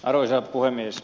arvoisa puhemies